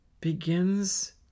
begins